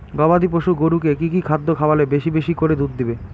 গবাদি পশু গরুকে কী কী খাদ্য খাওয়ালে বেশী বেশী করে দুধ দিবে?